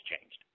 changed